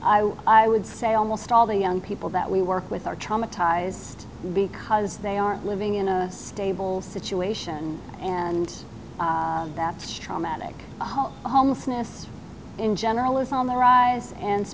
would i would say almost all the young people that we work with are traumatized because they are living in a stable situation and that's traumatic homelessness in general is on the rise and